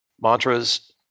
mantras